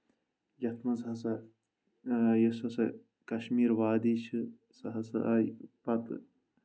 یَتھ منٛز ہَسا یُس ہَسا کشمیٖر وادی چھِ سۄ ہَسا آیہِ پَتہٕ